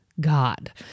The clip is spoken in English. God